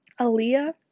Aaliyah